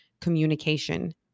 communication